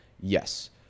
Yes